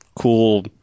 cool